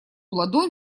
ладонь